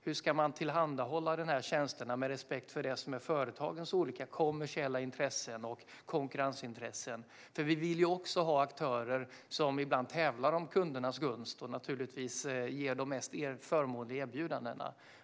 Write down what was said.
Hur ska man tillhandahålla tjänsterna med respekt för det som är företagens olika kommersiella intressen och konkurrensintressen? Vi vill också ha aktörer som ibland tävlar om kundernas gunst och ger de mest förmånliga erbjudandena.